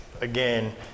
again